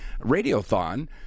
Radiothon